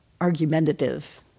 argumentative